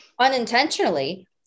unintentionally